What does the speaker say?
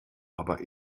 aber